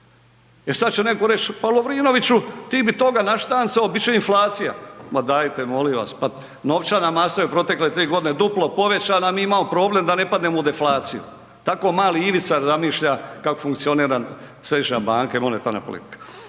E sada će neko reći pa Lovrinoviću ti bi toga naštancao, bit će inflacija. Ma dajte molim vas, pa novčana masa je u protekle tri godine duplo povećana, a mi imamo problem da ne padnemo u deflaciju. Tako mali Ivica zamišlja kako funkcionira središnja banka i monetarna politika.